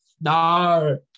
no